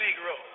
Negro